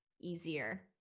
easier